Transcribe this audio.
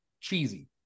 cheesy